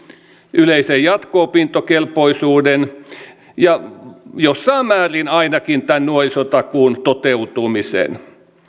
yleisen jatko opintokelpoisuuden ja jossain määrin ainakin tämän nuorisotakuun toteutumisen